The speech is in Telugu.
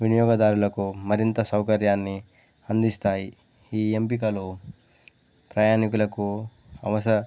వినియోగదారులకు మరింత సౌకర్యాన్ని అందిస్తాయి ఈ ఎంపికలు ప్రయాణికులకు అవసర